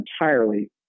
entirely